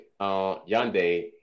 Yande